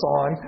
on